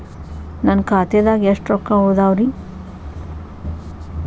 ನನ್ನ ಖಾತೆದಾಗ ಎಷ್ಟ ರೊಕ್ಕಾ ಉಳದಾವ್ರಿ?